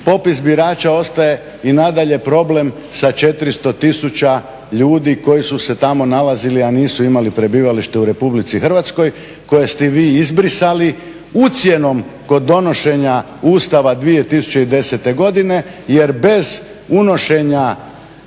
Popis birača ostaje i nadalje problem sa 400 tisuća ljudi koji su se tamo nalazili a nisu imali prebivalište u Republici Hrvatskoj koje ste vi izbrisali ucjenom kod donošenja Ustava 2010. godine jer bez unošenja